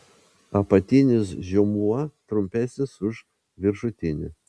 apatinis žiomuo trumpesnis už viršutinį